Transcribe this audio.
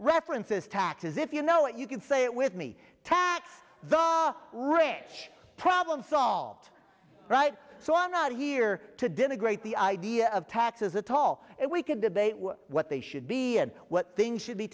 references taxes if you know it you can say it with me tax the ranch problem solved right so i'm not here to denigrate the idea of taxes a tall and we can debate what they should be and what things should be